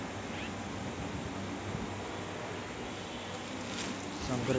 సంకురేతిరికి ఇంటికి ముద్దబంతి పువ్వులను తోరణాలు కట్టినాము